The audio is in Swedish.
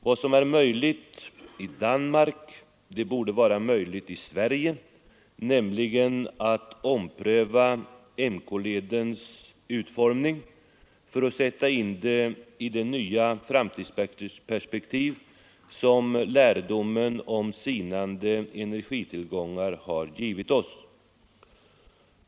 Vad som är möjligt i Danmark borde vara möjligt i Sverige, nämligen att ompröva MK-ledens utformning för att sätta in den i det nya framtidsperspektiv som insikten om sinande energitillgångar har givit oss.